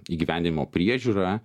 įgyvendinimo priežiūra